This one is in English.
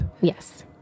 Yes